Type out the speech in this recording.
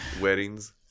Weddings